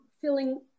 feeling